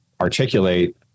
articulate